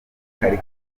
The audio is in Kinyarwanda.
kari